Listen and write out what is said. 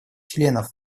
членов